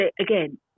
again